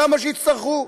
כמה שיצטרכו.